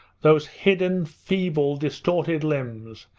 those hidden, feeble, distorted limbs,